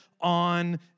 on